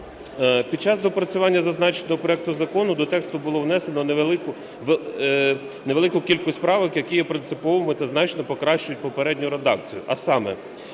Під час доопрацювання зазначеного проекту закону до тексту було внесено невелику кількість правок, які є принциповими та значно покращують попередню редакцію, а саме: